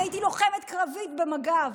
אני הייתי לוחמת קרבית במג"ב.